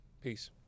Peace